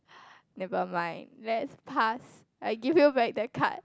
never mind let's pass I give you back the card